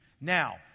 Now